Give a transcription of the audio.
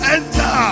Enter